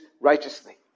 righteously